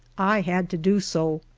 i had to do so.